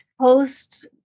post